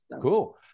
Cool